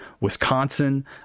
Wisconsin